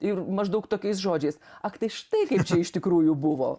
ir maždaug tokiais žodžiais ak tai štai kaip iš tikrųjų buvo